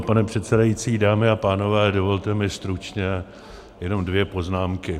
Pane předsedající, dámy a pánové, dovolte mi stručně jenom dvě poznámky.